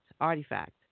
Artifact